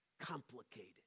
complicated